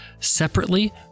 separately